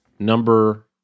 Number